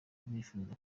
bifuza